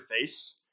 face